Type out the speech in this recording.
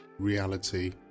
reality